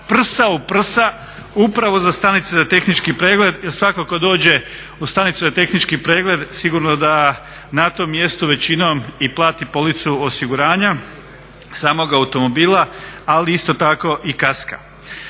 prsa o prsa upravo za stanice za tehnički pregled, jer svako tko dođe u stanicu za tehnički pregled sigurno da nam tom mjestu većinom i plati policu osiguranja samoga automobila, ali isto tako i kaska.